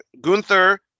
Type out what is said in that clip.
Gunther